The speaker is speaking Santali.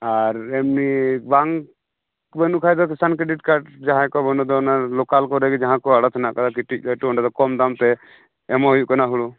ᱟᱨ ᱮᱢᱱᱤ ᱵᱟᱝ ᱵᱟᱹᱱᱩᱜ ᱠᱷᱟᱱ ᱫᱚ ᱠᱤᱥᱟᱱ ᱠᱨᱮᱰᱤᱴ ᱠᱟᱨᱰ ᱡᱟᱦᱟᱸᱭ ᱠᱚᱣᱟᱜ ᱵᱟᱹᱱᱩᱜ ᱛᱟᱵᱚᱱᱟ ᱞᱳᱠᱟᱞ ᱠᱚᱨᱮ ᱜᱮ ᱡᱟᱦᱟᱸ ᱠᱚ ᱟᱲᱚᱛ ᱦᱮᱱᱟᱜ ᱟᱠᱟᱫᱟ ᱠᱟᱹᱴᱤᱡ ᱞᱟᱹᱴᱩ ᱚᱸᱰᱮ ᱫᱚ ᱠᱚᱢ ᱫᱟᱢᱛᱮ ᱮᱢᱚᱜ ᱦᱩᱭᱩᱜ ᱠᱟᱱᱟ ᱦᱩᱲᱩ